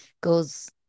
goes